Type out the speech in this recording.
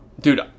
dude